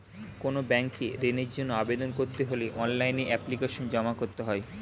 কোনো ব্যাংকে ঋণের জন্য আবেদন করতে হলে অনলাইনে এপ্লিকেশন জমা করতে হয়